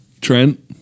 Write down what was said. Trent